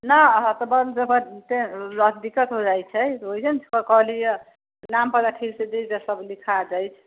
ना होतऽ बन्द दिक्कत हो जाइ छै नाम पता ठीक से देदी सबके लिखा जाइ